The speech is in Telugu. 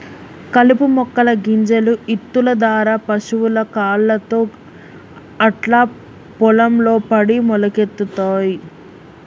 కలుపు మొక్కల గింజలు ఇత్తుల దారా పశువుల కాళ్లతో అట్లా పొలం లో పడి మొలకలొత్తయ్